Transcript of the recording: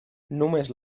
només